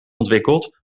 ontwikkeld